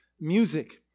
music